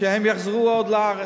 שהם יחזרו לארץ.